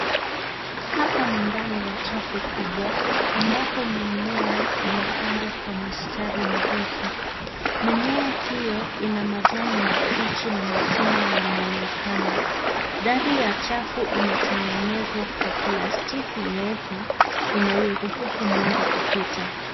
Hapa ni ndani ya chafu kubwa ambapo mimea imepandwa kwa mistari mirefu mimea hio ina majani mabichi na matunda yanaonekana dari ya chafu imetengenezwa kwa plastiki nyeupe inayoruhusu mwanga kupita.